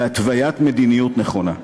בהתוויית מדיניות נכונה.